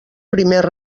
primer